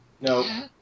No